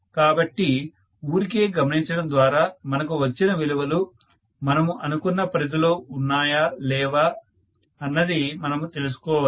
కాబట్టి ఊరికే గమనించడం ద్వారా మనకు వచ్చిన విలువలు మనము అనుకున్న పరిధిలో ఉన్నాయా లేవా అన్నది మనము తెలుసుకోవచ్చు